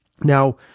Now